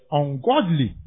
ungodly